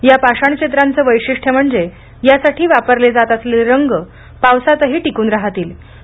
या पाषाण चित्रांचं वैशिष्ट्य म्हणजे यासाठी वापरले जात असलेले रंग पावसातही टिकून राहतील वसे आहेत